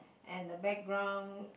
and the background